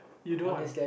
you don't